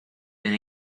been